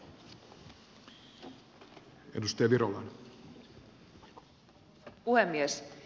arvoisa puhemies